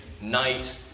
night